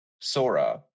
Sora